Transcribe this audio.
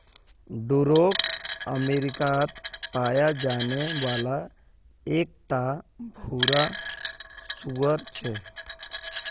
Duroc अमेरिकात पाया जाने वाला एक टा भूरा सूअर छे